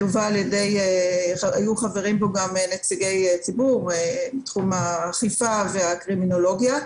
היו בו גם חברים נציגי ציבור מתחום האכיפה והקרימינולוגיה.